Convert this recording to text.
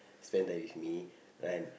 spend time with me right